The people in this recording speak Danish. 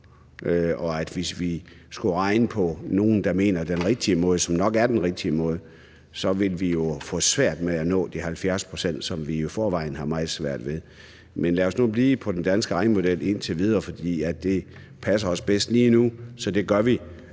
Og hvis vi skulle regne på en måde, som nogen mener er den rigtige måde – som nok er den rigtige måde – så ville vi jo få svært ved at nå de 70 pct., som vi jo i forvejen har meget svært ved. Men lad os nu blive ved den danske regnemodel indtil videre, for det passer os bedst lige nu – så det gør vi.